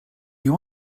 you